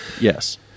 Yes